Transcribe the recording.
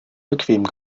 bequem